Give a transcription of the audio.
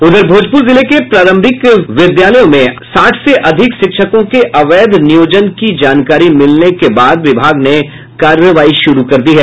उधर भोजपुर जिले के प्रारंभिक विद्यालयों में साठ से अधिक शिक्षकों के अवैध नियोजन की जानकारी मिलने के बाद विभाग ने कार्रवाई शुरू कर दी है